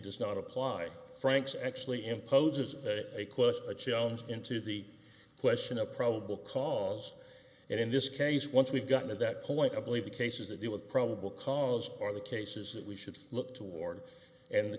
does not apply frank's actually imposes a quest a challenge into the question of probable cause and in this case once we've gotten to that point i believe the cases that deal with probable cause are the cases that we should look toward and the